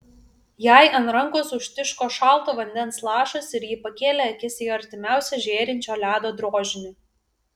jai ant rankos užtiško šalto vandens lašas ir ji pakėlė akis į artimiausią žėrinčio ledo drožinį